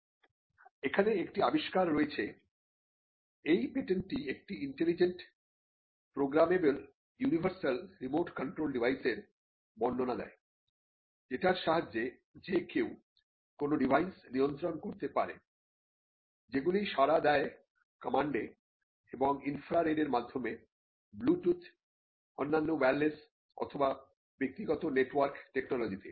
এখানে একটি আবিষ্কার রয়েছে এই পেটেন্টটি একটি intelligent programmable universal remote control ডিভাইসের বর্ণনা দেয় যেটার সাহায্যে যে কেউ কোন ডিভাইস নিয়ন্ত্রন করতে পারে যেগুলি সাড়া দেয় কমান্ডে এবং ইনফ্রারেড এর মাধ্যমে ব্লুটুথ অন্যান্য ওয়ারলেস অথবা ব্যক্তিগত নেটওয়ার্ক টেকনোলজি তে